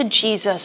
Jesus